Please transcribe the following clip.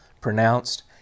pronounced